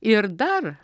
ir dar